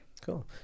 Cool